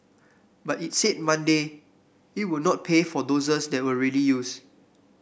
but it said Monday it would not pay for doses that were already used